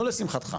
לא לשמחתך.